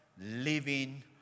living